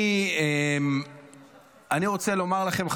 אני רוצה לומר לכם,